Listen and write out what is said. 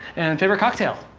and favorite cocktail?